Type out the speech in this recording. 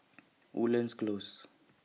Woodlands Close